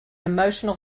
emotional